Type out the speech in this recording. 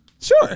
sure